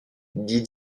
dee